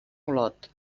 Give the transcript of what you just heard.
olot